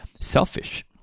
selfish